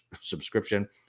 subscription